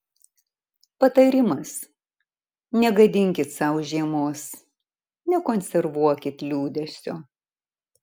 patarimas negadinkit sau žiemos nekonservuokit liūdesio